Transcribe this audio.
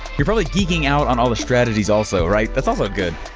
you're probably geeking out on all the strategies also, right? that's also good.